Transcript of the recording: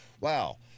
wow